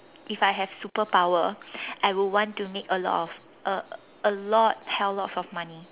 if I have superpower I would want to make a lot a a lot hell lots of money